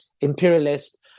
imperialist